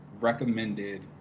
recommended